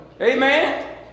Amen